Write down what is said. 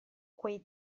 quei